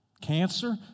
cancer